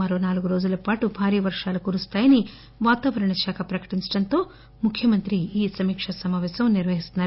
మరో నాలుగు రోజులపాటు భారీ వర్షాలు కురుస్తాయని వాతావరణ శాఖ ప్రకటించడంతో ముఖ్యమంత్రి ఈ సమీకా సమాపేశం నిర్వహిస్తున్నారు